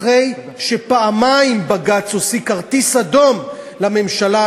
אחרי שפעמיים בג"ץ הוציא כרטיס אדום לממשלה,